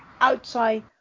outside